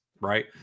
right